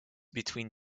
between